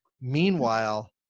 Meanwhile